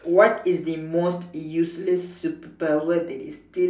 what is the most useless superpower that is still